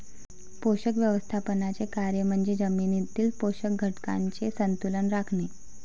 पोषक व्यवस्थापनाचे कार्य म्हणजे जमिनीतील पोषक घटकांचे संतुलन राखणे